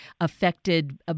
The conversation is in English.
affected